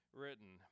written